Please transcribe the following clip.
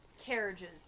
carriages